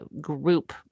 group